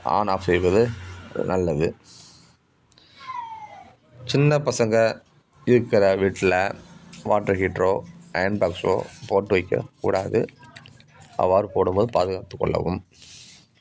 on off செய்வது நல்லது சின்ன பசங்க இருக்கிற வீட்டில வாட்டர் ஹீட்ரோ அயன் பாக்ஸோ போட்டு வைக்க கூடாது அவ்வாறு போடும் போது பாதுகாத்து கொள்ளவும்